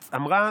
אמרה,